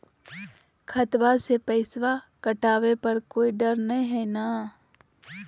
खतबा से पैसबा कटाबे पर कोइ डर नय हय ना?